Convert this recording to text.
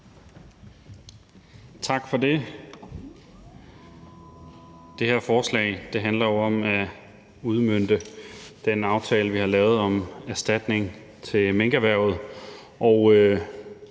Tak for det. Det her forslag handler om at udmønte den aftale, vi har lavet om erstatning til minkerhvervet.